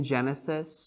Genesis